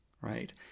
right